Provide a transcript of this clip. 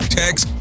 text